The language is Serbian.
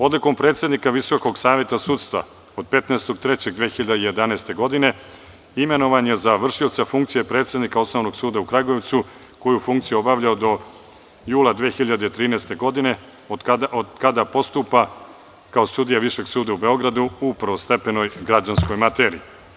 Odlukom predsednika Visokog saveta sudstva od 15.3.2011. godine, imenovan je za vršioca funkcije predsednika Osnovnog suda u Kragujevcu, koju funkciju je obavljao do jula 2013. godine, od kada postupa kao sudija Višeg suda u Beogradu u prvostepenoj građanskoj materiji.